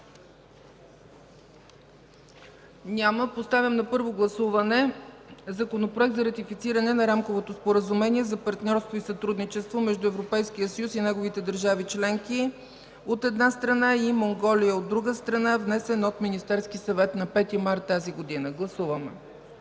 Няма. Поставям на първо гласуване Законопроект за ратифициране на Рамковото споразумение за партньорство и сътрудничество между Европейския съюз и неговите държави членки, от една страна, и Монголия, от друга страна, внесен от Министерския съвет на 5 март 2015 г. Гласували